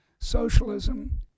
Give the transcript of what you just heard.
socialism